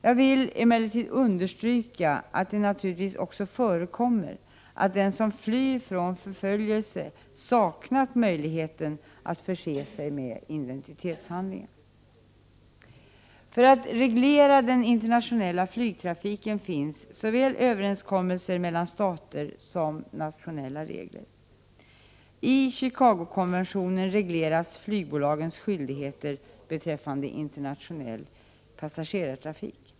Jag vill emellertid understryka att det naturligtvis också förekommer att den som flyr från förföljelse saknat möjligheter att förse sig med identitetshandlingar. För att reglera den internationella flygtrafiken finns såväl överenskommelser mellan stater som nationella regler. I Chicagokonventionen regleras flygbolagens skyldigheter beträffande internationell passagerartrafik.